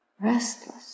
restless